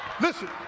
Listen